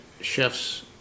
chefs